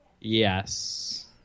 Yes